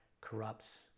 corrupts